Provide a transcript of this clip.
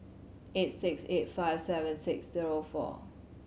eight six eight five seven six zero four